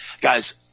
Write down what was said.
Guys